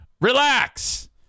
relax